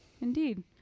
Indeed